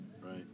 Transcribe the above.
Right